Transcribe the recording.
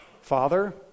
father